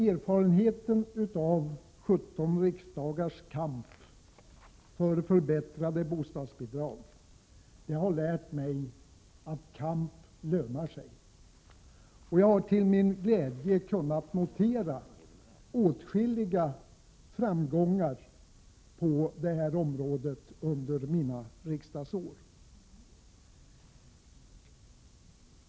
Erfarenheterna av 17 riksdagars kamp för förbättrade bostadsbidrag har lärt mig att kamp lönar sig. Och jag har till min glädje kunnat notera åtskilliga framgångar på det här området under mina riksdagsår.